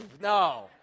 No